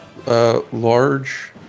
Large